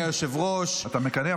אתה מקנא?